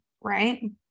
right